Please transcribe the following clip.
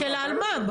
של האלמ"ב?